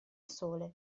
sole